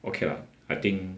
okay lah I think